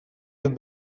you